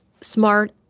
smart